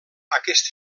aquest